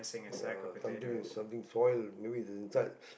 ah something something spoil maybe is the inside